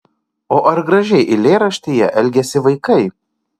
o ar gražiai eilėraštyje elgiasi vaikai